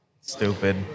Stupid